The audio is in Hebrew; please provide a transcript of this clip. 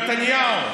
נתניהו,